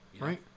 right